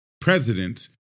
president